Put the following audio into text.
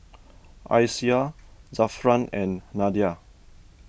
Aisyah Zafran and Nadia